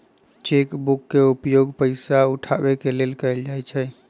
cheque book के उपयोग पइसा उठाबे के लेल कएल जाइ छइ